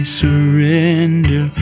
surrender